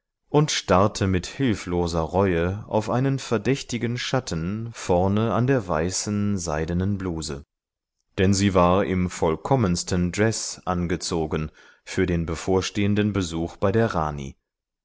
und starrte mit hilfloser reue auf einen verdächtigen schatten vorne an der weißen seidenen bluse denn sie war im vollkommensten dress angezogen für den bevorstehenden besuch bei der rani